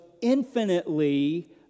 infinitely